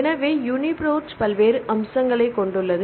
எனவே யூனிபிரோட் பல்வேறு அம்சங்களைக் கொண்டுள்ளது